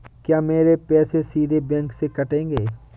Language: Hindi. क्या मेरे पैसे सीधे बैंक से कटेंगे?